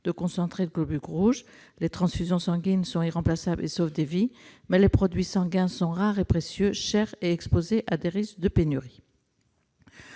de concentrés de globules rouges. Les transfusions sanguines sont irremplaçables et sauvent des vies, mais les produits sanguins sont rares et précieux, chers et exposés à des risques de pénurie.